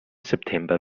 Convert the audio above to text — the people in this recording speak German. september